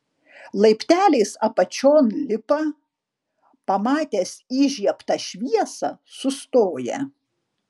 laipteliais apačion lipa pamatęs įžiebtą šviesą sustoja